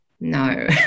No